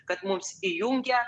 kad mums įjungia